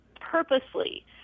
purposely